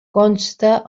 consta